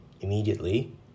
immediately